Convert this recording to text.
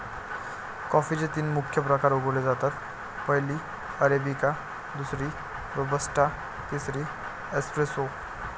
कॉफीचे तीन मुख्य प्रकार उगवले जातात, पहिली अरेबिका, दुसरी रोबस्टा, तिसरी एस्प्रेसो